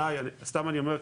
סתם אני אומר,